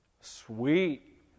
Sweet